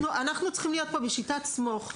זאת אומרת אנחנו צריכים להיות פה בשיטת "סמוך".